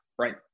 right